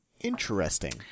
interesting